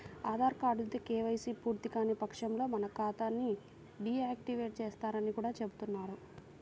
ఆధార్ కార్డుతో కేవైసీ పూర్తికాని పక్షంలో మన ఖాతా ని డీ యాక్టివేట్ చేస్తారని కూడా చెబుతున్నారు